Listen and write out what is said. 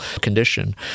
condition